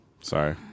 sorry